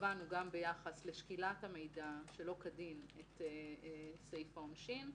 קבענו גם ביחס לשקילת המידע שלא כדין את סעיף העונשין,